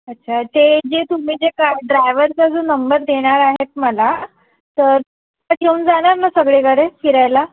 अच्छा ते जे तुम्ही जे का ड्रायव्हरचा जो नंबर देणार आहेत मला तर घेऊन जाणार ना सगळीकडे फिरायला